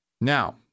Now